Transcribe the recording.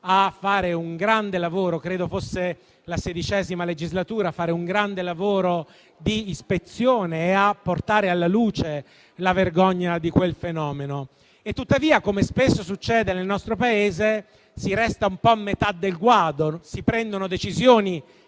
a fare un grande lavoro - credo fosse la XVI legislatura - di ispezione e a portare alla luce la vergogna di quel fenomeno. Tuttavia, come spesso succede nel nostro Paese, si resta un po' a metà del guado: si prendono decisioni